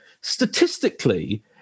statistically